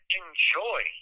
enjoy